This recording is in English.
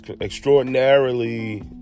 extraordinarily